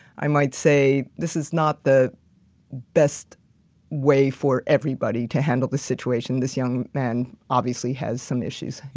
i might say, this is not the best way for everybody to handle the situation. this young man obviously has some issues. you